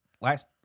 last